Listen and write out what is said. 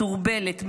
מסורבלת,